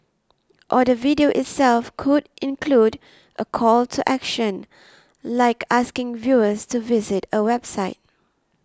or the video itself could include a call to action like asking viewers to visit a website